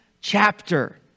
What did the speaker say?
chapter